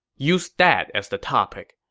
use that as the topic.